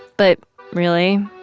but really?